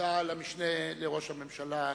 תודה למשנה לראש הממשלה,